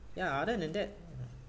ya other than that